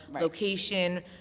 location